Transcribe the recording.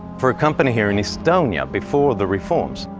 for a company here in estonia before the reforms,